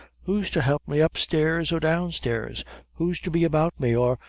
who's to help me upstairs or downstairs who's to be about me or,